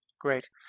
Great